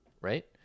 right